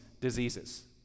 diseases